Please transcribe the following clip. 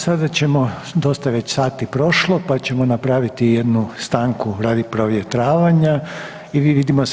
Sada ćemo dosta je već sati prošlo pa ćemo napraviti jednu stanku radi provjetravanja i vidimo se